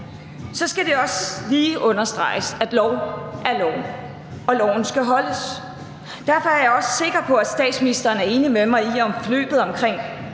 skal det også lige understreges, at lov er lov, og at loven skal holdes. Derfor er jeg også sikker på, at statsministeren er enig med mig i, at forløbet omkring